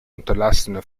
unterlassene